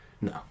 no